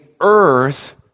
earth